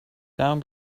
down